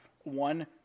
One